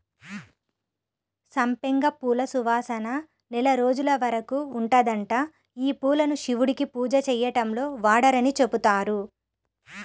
సంపెంగ పూల సువాసన నెల రోజుల వరకు ఉంటదంట, యీ పూలను శివుడికి పూజ చేయడంలో వాడరని చెబుతారు